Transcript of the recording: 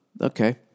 Okay